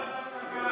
למה לא לוועדת כלכלה?